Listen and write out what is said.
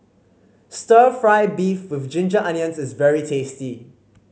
stir fry beef with Ginger Onions is very tasty